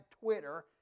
Twitter